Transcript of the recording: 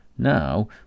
Now